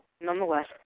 nonetheless